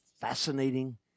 fascinating